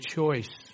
choice